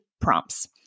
prompts